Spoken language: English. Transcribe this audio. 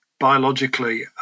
biologically